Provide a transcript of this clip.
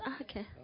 okay